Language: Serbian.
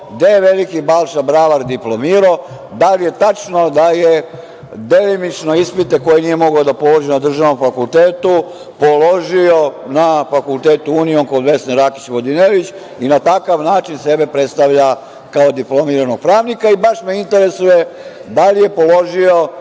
gde je veliki Balša bravar diplomirao. Da li je tačno da je delimično ispite, koje nije mogao da položi na državnom fakultetu, položio na Fakultetu Union kod Vesne Rakić Vodinelić i na takav način sebe predstavlja kao diplomiranog pravnika i baš me interesuje da li je položio